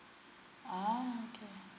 ah okay